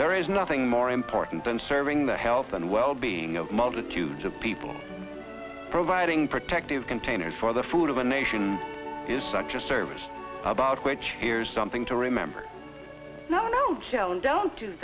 there is nothing more important than serving the health and well being of multitudes of people providing protective containers for the food of a nation is such a service about which here's something to remember no no shown don't do